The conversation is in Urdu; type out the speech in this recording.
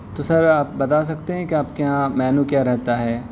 تو سر آپ بتا سکتے ہیں کہ آپ کے یہاں مینو کیا رہتا ہے